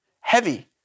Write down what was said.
heavy